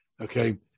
okay